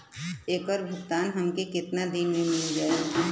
ऐकर भुगतान हमके कितना दिन में मील जाई?